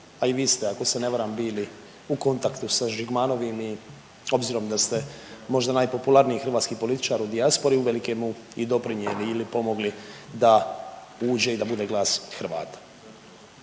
a i vi ste, ako se ne varam bili u kontaktu sa Žigmanovim i obzirom da ste možda najpopularniji hrvatski političar u dijaspori, uvelike mu i doprinijeli ili pomogli da uđe i da bude glas i Hrvata.